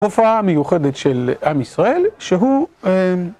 הופעה מיוחדת של עם ישראל, שהוא...